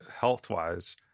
health-wise